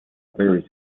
very